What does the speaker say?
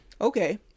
Okay